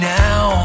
now